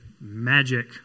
magic